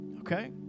Okay